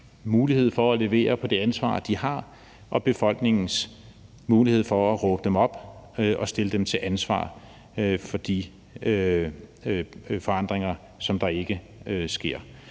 mulighed for at levere på det ansvar, de har, og befolkningens mulighed for at råbe dem op og stille dem til ansvar for de forandringer, som der ikke sker,